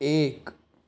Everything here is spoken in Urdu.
ایک